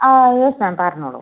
ആ yes ma'am പറഞ്ഞോളൂ